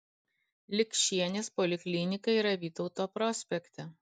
likšienės poliklinika yra vytauto prospekte